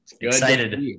excited